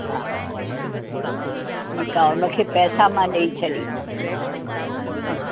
हा ठीकु ठीकु आहे हुनखे पैसा मां ॾेई छाॾींदमि ठीकु